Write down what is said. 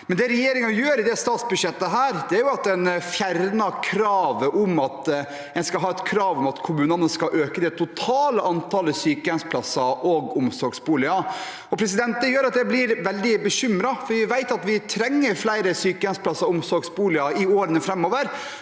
Men det regjeringen gjør i dette statsbudsjettet, er å fjerne kravet om at kommunene skal øke det totale antallet sykehjemsplasser og omsorgsboliger. Det gjør at jeg blir veldig bekymret, for vi vet at vi trenger flere sykehjemsplasser og omsorgsboliger i årene framover